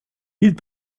ils